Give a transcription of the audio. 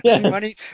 Money